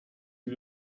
you